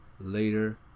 later